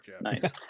Nice